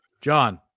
john